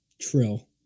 Trill